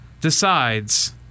decides